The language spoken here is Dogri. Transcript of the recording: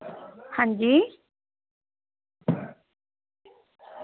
हां जी